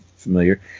familiar